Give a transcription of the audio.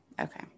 okay